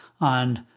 on